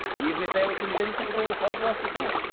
even if they were convinced it was all hogwash before.